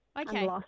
Okay